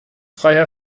freiherr